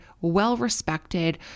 well-respected